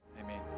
amen